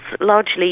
largely